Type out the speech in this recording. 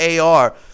AR